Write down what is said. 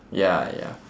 ya ya